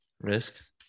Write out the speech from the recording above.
Risk